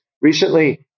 recently